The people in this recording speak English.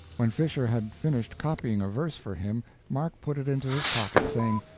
when fisher had finished copying a verse for him mark put it into his pocket, saying,